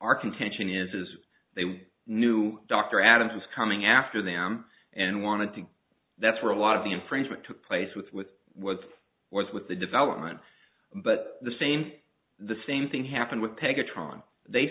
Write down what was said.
our contention is they knew dr adams was coming after them and wanted to that's where a lot of the infringement took place with with was was with the development but the same the same thing happened with pe khatron they